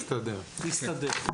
נסתדר.